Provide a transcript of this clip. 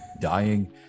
dying